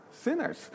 sinners